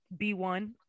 B1